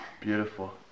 beautiful